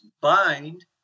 bind